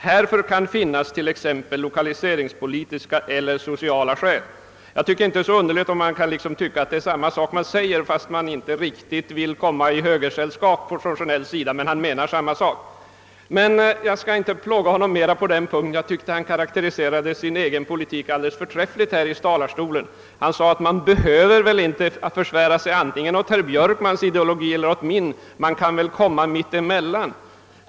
Härför kan finnas t.ex. lokaliseringspolitiska eller sociala skäl.» Jag tycker inte det är så underligt om det anses att här sägs ungefär samma sak men att herr Sjönell inte riktigt vill komma i högersällskap trots att han menar detsamma som högern. Jag skall emellertid inte plåga honom mera på den punkten. Han karakteriserade enligt min mening sin egen politik alldeles förträffligt här i talarstolen då han sade, att man inte behöver försvärja sig åt vare sig herr Björkmans eller min ideologi utan kan välja något mitt emellan.